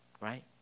right